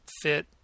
fit